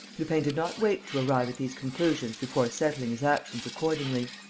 lupin did not wait to arrive at these conclusions before settling his actions accordingly.